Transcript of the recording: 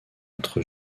entre